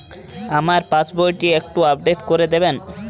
আমার পাসবই টি একটু আপডেট করে দেবেন?